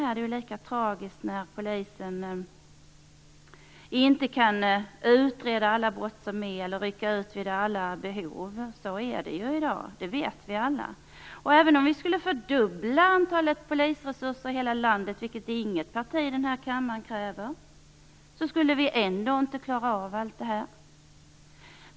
Det är lika tragiskt när polisen inte kan utreda alla brott eller rycka ut vid alla behov. Så är det ju i dag. Det vet vi alla. Även om vi skulle fördubbla polisens resurser i hela landet, vilket inget parti här i kammaren kräver, skulle vi ändå inte klara av allt detta.